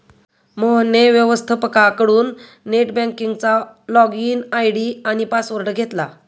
मोहनने व्यवस्थपकाकडून नेट बँकिंगचा लॉगइन आय.डी आणि पासवर्ड घेतला